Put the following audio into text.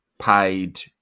paid